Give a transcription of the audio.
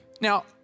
Now